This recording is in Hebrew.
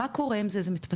מה קורה עם זה, זה מתפתח?